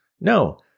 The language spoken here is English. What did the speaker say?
No